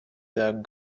sagen